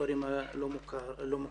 בכפרים הלא מוכרים.